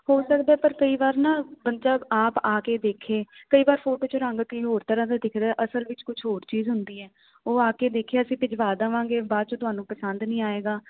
ਹੋ ਸਕਦਾ ਪਰ ਕਈ ਵਾਰ ਨਾ ਬੰਦਾ ਆਪ ਆ ਕੇ ਦੇਖੇ ਕਈ ਵਾਰ ਫੋਟੋ ਚ ਰੰਗ ਕਈ ਹੋਰ ਤਰਾਂ ਦਾ ਦਿਖਦਾ ਅਸਲ ਵਿੱਚ ਕੁਝ ਹੋਰ ਚੀਜ਼ ਹੁੰਦੀ ਹ ਉਹ ਆ ਕੇ ਦੇਖਿਆ ਅਸੀਂ ਭਿਜਵਾ ਦਵਾਂਗੇ ਬਾਅਦ ਚੋਂ ਤੁਹਾਨੂੰ ਪਸੰਦ ਨਹੀਂ ਆਏਗਾ